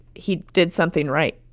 he did something right.